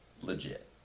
legit